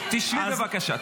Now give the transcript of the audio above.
אתה בקריאה ראשונה,